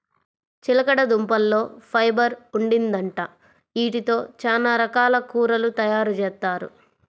చిలకడదుంపల్లో ఫైబర్ ఉండిద్దంట, యీటితో చానా రకాల కూరలు తయారుజేత్తారు